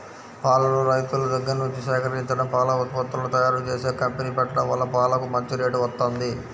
పాలను రైతుల దగ్గర్నుంచి సేకరించడం, పాల ఉత్పత్తులను తయ్యారుజేసే కంపెనీ పెట్టడం వల్ల పాలకు మంచి రేటు వత్తంది